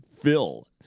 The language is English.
Phil